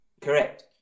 Correct